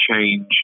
change